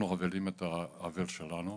אבלים את הלב שלנו,